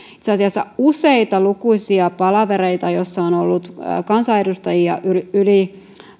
itse asiassa useissa lukuisissa palavereissa joissa on ollut kansanedustajia yli yli